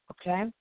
okay